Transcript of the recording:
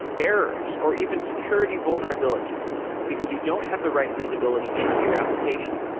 errors or even security vulnerabilities because you don't have the right visibility into your application?